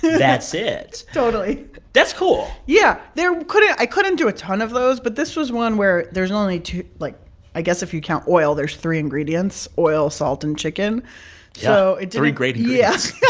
that's it totally that's cool yeah. there couldn't i couldn't do a ton of those, but this was one where there's only two, like i guess if you count oil, there's three ingredients oil, salt and chicken so yeah, three great yeah yeah